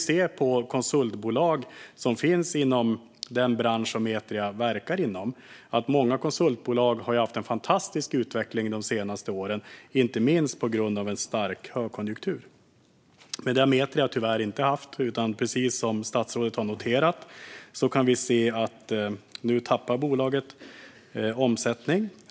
Många konsultbolag inom den bransch där Metria verkar har haft en fantastisk utveckling de senaste åren, inte minst på grund av en stark högkonjunktur. Men det har Metria tyvärr inte haft, utan bolaget tappar omsättning, som statsrådet noterat.